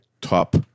top